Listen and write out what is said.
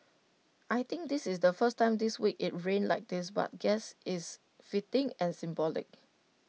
I think this is the first time this week IT rained like this but guess it's fitting and symbolic